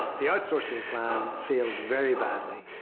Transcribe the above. the outsourcing plan failed very badly.